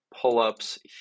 pull-ups